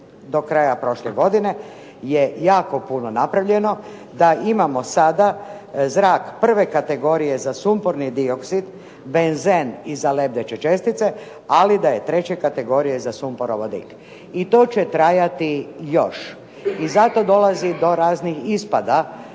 do kraja prošle godine je jako puno napravljeno, da imamo sada zrak 1. kategorije za sumporni dioksid, benzen i za lebdeće čestice ali da je 3. kategorija i za sumporov vodik. I to će trajati još. I zato dolazi do raznih ispada